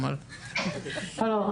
שלום.